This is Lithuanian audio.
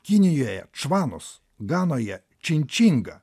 kinijoje švanus ganoje činčingą